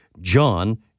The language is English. John